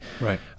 Right